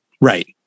right